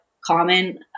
common